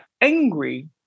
angry